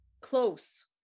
close